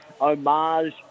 homage